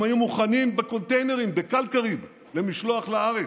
הם היו מוכנים בקונטיינרים, בקלקרים, למשלוח לארץ.